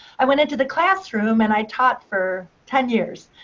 i went into the classroom, and i taught for ten years.